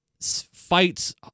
fights